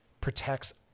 protects